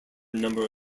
number